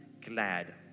glad